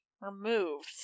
removed